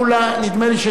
נדמה לי שגם אתה,